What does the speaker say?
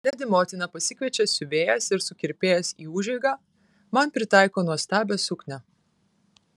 ledi motina pasikviečia siuvėjas ir sukirpėjas į užeigą man pritaiko nuostabią suknią